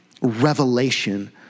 revelation